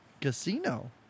casino